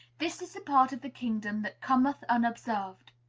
this is part of the kingdom that cometh unobserved.